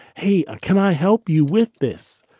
hey, can i help you with this?